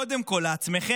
קודם כול לעצמכם,